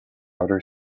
outer